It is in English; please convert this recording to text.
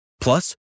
plus